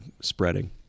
spreading